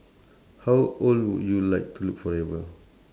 how old would you like to look forever